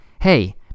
Hey